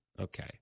Okay